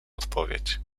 odpowiedź